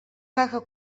caga